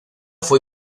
fue